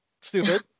stupid